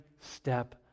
step